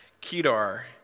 Kedar